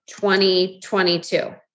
2022